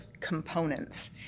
components